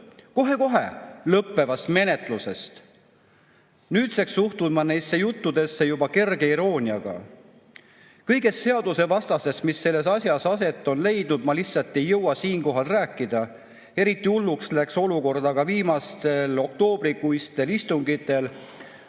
kohe-kohe lõppevast menetlusest. Nüüdseks suhtun ma neisse juttudesse juba kerge irooniaga. Kõigest seadusevastasest, mis selles asjas aset on leidnud, ma lihtsalt ei jõua siinkohal rääkida. Eriti hulluks läks olukord aga viimastel oktoobrikuistel istungitel,